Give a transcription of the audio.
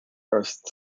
first